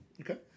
Okay